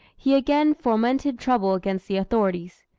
he again fomented trouble against the authorities.